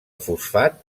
fosfat